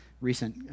recent